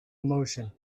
emotion